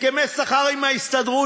הסכמי שכר עם ההסתדרות,